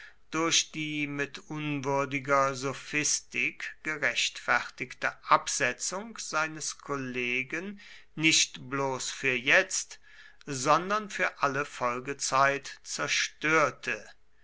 durch die mit unwürdiger sophistik gerechtfertigte absetzung seines kollegen nicht bloß für jetzt sondern für alle folgezeit zerstörte